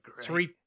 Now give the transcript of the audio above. three